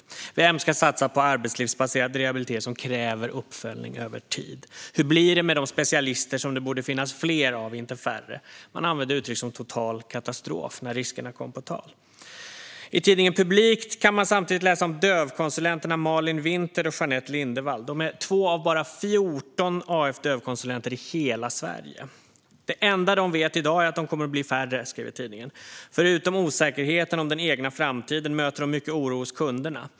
En annan fråga var vem som ska satsa på arbetslivsbaserad rehabilitering, som kräver uppföljning över tid. En tredje var hur det blir med de specialister som det borde bli fler av, inte färre. Man använde uttryck som "total katastrof" när riskerna kom på tal. Samtidigt kan man i tidningen Publikt läsa om dövkonsulenterna Malin Winther och Jeanette Lindevall. De är två av bara 14 dövkonsulenter på AF i hela Sverige. Tidningen skriver: "Det enda de vet i dag är att de kommer att bli färre. Förutom osäkerheten om den egna framtiden möter de mycket oro hos kunderna.